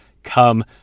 come